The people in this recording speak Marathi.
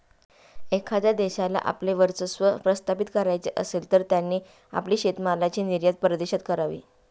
एखाद्या देशाला आपले वर्चस्व प्रस्थापित करायचे असेल, तर त्यांनी आपली शेतीमालाची निर्यात परदेशात करावी